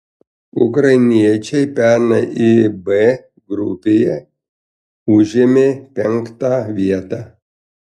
ukrainiečiai pernai ib grupėje užėmė penktą vietą